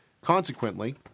Consequently